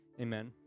Amen